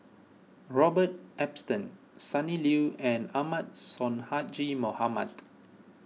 Robert Ibbetson Sonny Liew and Ahmad Sonhadji Mohamad